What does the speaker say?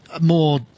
more